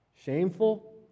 Shameful